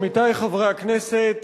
עמיתי חברי הכנסת,